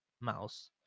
mouse